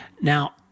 Now